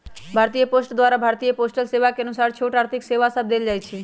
भारतीय पोस्ट द्वारा भारतीय पोस्टल सेवा के अनुसार छोट आर्थिक सेवा सभ देल जाइ छइ